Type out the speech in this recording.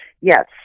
Yes